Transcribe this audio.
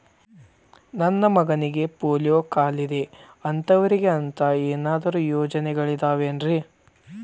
ನನ್ನ ಮಗನಿಗ ಪೋಲಿಯೋ ಕಾಲಿದೆ ಅಂತವರಿಗ ಅಂತ ಏನಾದರೂ ಯೋಜನೆಗಳಿದಾವೇನ್ರಿ?